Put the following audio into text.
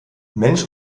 mensch